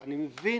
אני מבין